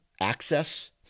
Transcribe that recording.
Access